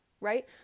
right